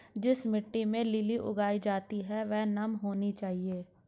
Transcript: जिस मिट्टी में लिली उगाई जाती है वह नम होनी चाहिए